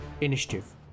Initiative